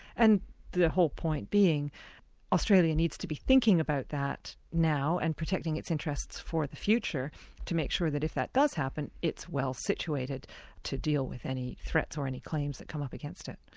and the whole point being australia needs to be thinking about that now and protecting its interests for the future to make sure that if that does happen, it's well situated to deal with any threats or any claims that come up against it.